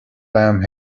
lamb